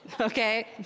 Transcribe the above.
okay